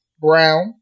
Brown